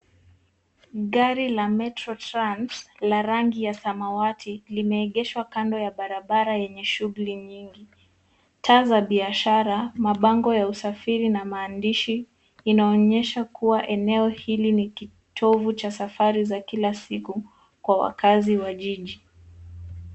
Gari la Metro Trans la rangi ya samawati limeegeshwa kando ya barabara yenye shughuli nyingi. Taa za biashara, mabango ya usafiri na maandishi inaonyesha kuwa eneo hili ni kitovu cha safari za kila siku kwa wakazi wa jiji.